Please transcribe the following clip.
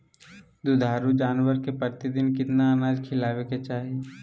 दुधारू जानवर के प्रतिदिन कितना अनाज खिलावे के चाही?